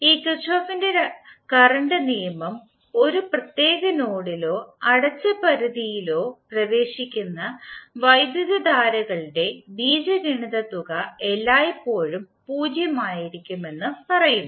ഈ കിർചോഫിന്റെ കറണ്ട് നിയമം ഒരു പ്രത്യേക നോഡിലോ അടച്ച പരിധിയിലോ പ്രവേശിക്കുന്ന വൈദ്യുതധാരകളുടെ ബീജഗണിത തുക എല്ലായ്പ്പോഴും പൂജ്യം ആയിരിക്കുമെന്ന് പറയുന്നു